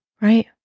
Right